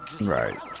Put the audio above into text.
right